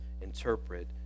interpret